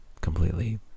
completely